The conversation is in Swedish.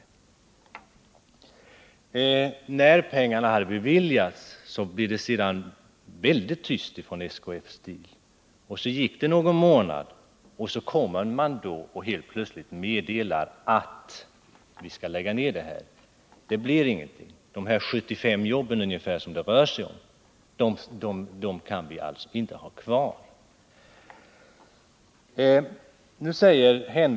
Men när ansökan Hofors om de här pengarna hade beviljats, blev det väldigt tyst från SKF Steels sida. Så gick det någon månad, och sedan meddelade företaget helt plötsligt: Vi skall lägga ner den här verksamheten. Det blir ingenting. De 75 jobb som det rör sig om kan vi inte ha kvar.